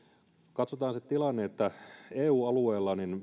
katsotaan se tilanne että eu alueella ne